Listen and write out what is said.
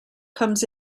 comes